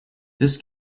this